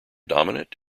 dominant